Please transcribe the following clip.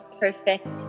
perfect